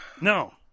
No